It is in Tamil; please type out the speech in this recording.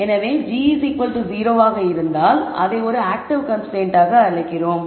எனவே g 0 ஆக இருந்தால் அதை ஒரு ஆக்டிவ் கன்ஸ்ரைன்ட்டாக அழைக்கிறோம்